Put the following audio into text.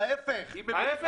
להיפך.